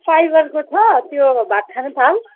फाइबरको छ त्यो भात खाने थाल